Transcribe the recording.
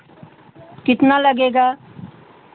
कितना लगेगा